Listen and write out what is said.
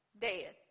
dead